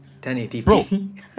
1080p